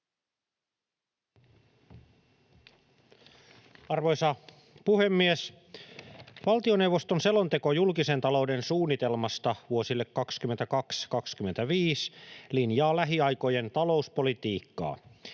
Arvoisa puhemies! Valtioneuvoston selonteko julkisen talouden suunnitelmasta vuosille 22—25 linjaa lähiaikojen talouspolitiikkaa.